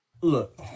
Look